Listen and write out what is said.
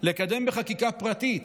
לקדם בחקיקה פרטית